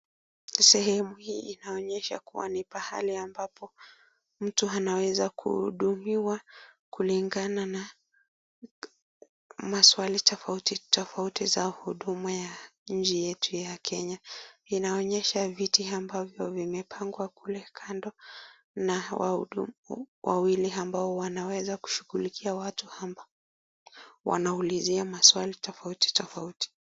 Sehemu hii inaonyesha kuwa ni pahali ambapo mtu anaweza kuhudumiwa kulingana na maswali tofauti tofauti za huduma ya inchi yetu ya Kenya. Inaonyesha viti ambavyo vimepangwa kule kando na wahudumu wawili ambao wanaweza kushughulikia watu amba wanaulizia maswali tofauti tofauti.